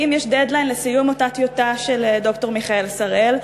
האם יש "דד-ליין" לסיום אותה טיוטה של ד"ר מיכאל שראל?